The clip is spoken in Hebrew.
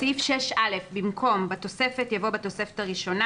בסעיף 6א במקום "בתוספת" יבוא "בתוספת הראשונה"